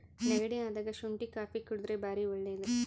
ನೆಗಡಿ ಅದಾಗ ಶುಂಟಿ ಕಾಪಿ ಕುಡರ್ದೆ ಬಾರಿ ಒಳ್ಳೆದು